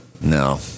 No